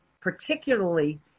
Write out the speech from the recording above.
particularly